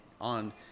on